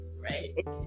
Right